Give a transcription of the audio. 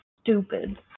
stupid